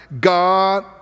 God